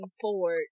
forward